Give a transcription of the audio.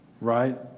Right